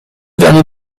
dernier